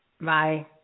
Bye